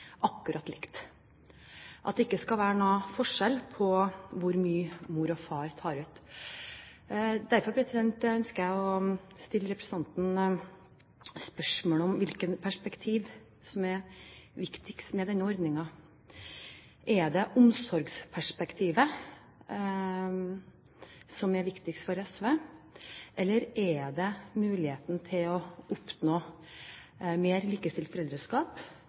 akkurat likt, at det ikke skal være noen forskjell på hvor mye mor og far tar ut. Derfor ønsker jeg å stille representanten spørsmål om hvilket perspektiv som er viktigst med denne ordningen. Er det omsorgsperspektivet som er viktigst for SV, eller er det muligheten til å oppnå mer likestilt foreldreskap,